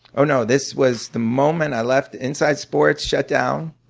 ah no, this was the moment i left. inside sports shut down